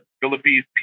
Philippines